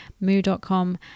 Moo.com